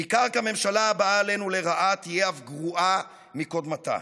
ניכר כי הממשלה הבאה עלינו לרעה תהיה אף גרועה מקודמתה,